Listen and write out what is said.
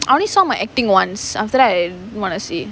I only saw my acting once after that I didn't want to see